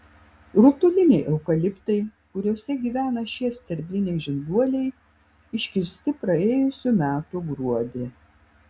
rutuliniai eukaliptai kuriuose gyvena šie sterbliniai žinduoliai iškirsti praėjusių metų gruodį